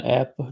app